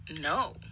no